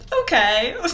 okay